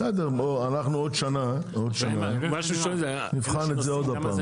בסדר, אנחנו עוד שנה נבחן את זה עוד פעם.